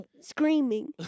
screaming